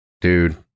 Dude